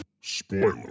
Spoiler